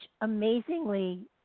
amazingly